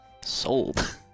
Sold